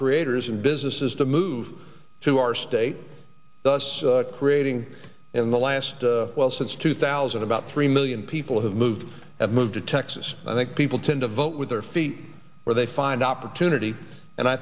creators and businesses to move to our state thus creating in the last well since two thousand about three million people have moved have moved to texas i think people tend to vote with their feet where they find opportunity and i